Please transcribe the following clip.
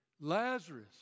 Lazarus